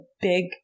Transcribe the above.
big